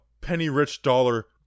penny-rich-dollar